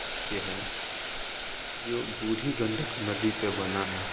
हट के है जो बुढ़ी गंडक नदी पर बना है